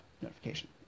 notification